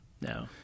No